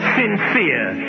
sincere